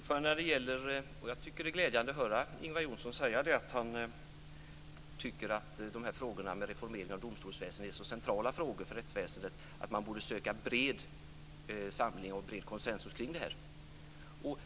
Herr talman! Det är glädjande att höra Ingvar Johnsson säga att han tycker att frågorna om en reformering av domstolsväsendet är så centrala för rättsväsendet att man borde söka bred samling och bred konsensus kring dem.